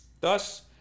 Thus